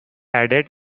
added